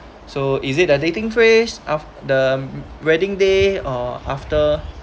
so is it the dating phrase of the wedding day or after